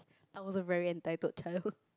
I was a very entitled child